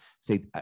say